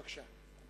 בבקשה.